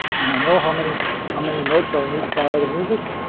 and i know how many ah many notes are in each bar of the music,